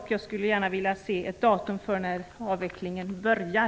Jag skulle gärna vilja se ett datum för när avvecklingen skall påbörjas.